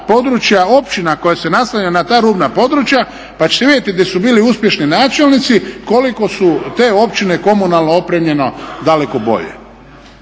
općina koja se naslanjaju na ta rubna područja pa ćete vidjeti gdje su bili uspješni načelnici koliko su te općine komunalno opremljene daleko bolje.